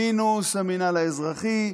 מינוס המינהל האזרחי,